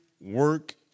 work